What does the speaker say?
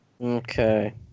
Okay